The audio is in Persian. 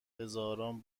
هزاران